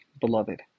beloved